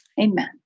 amen